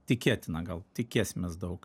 tikėtina gal tikėsimės daug